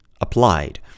Applied